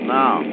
now